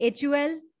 HUL